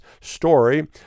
story